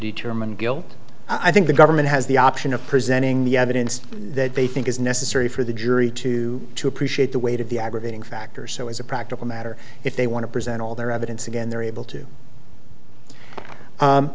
determine guilt i think the government has the option of presenting the evidence that they think is necessary for the jury to to appreciate the weight of the aggravating factor so as a practical matter if they want to present all their evidence again they're able to